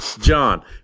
John